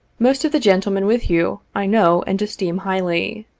most of the gentlemen with you, i know and esteem highly.